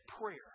prayer